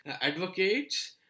advocates